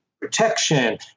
protection